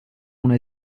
una